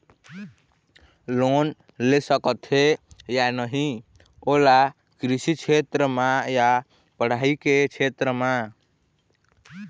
Loan ले सकथे या नहीं ओला कृषि क्षेत्र मा या पढ़ई के क्षेत्र मा?